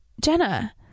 Jenna